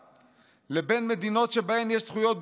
לבין מדינות שבהן יש זכויות בפועל,